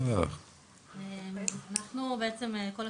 בבקשה.